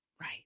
Right